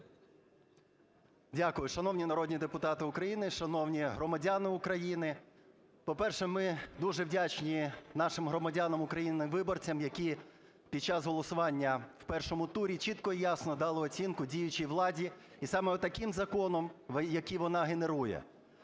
Дякую. Шановні народні депутати України! Шановні громадяни України! По-перше, ми дуже вдячні нашим громадянам України, виборцям, які під час голосування в першому турі, чітко і ясно дали оцінку діючій владі, і саме отаким законом, який вона генерує.